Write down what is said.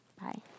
bye